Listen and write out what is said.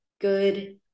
good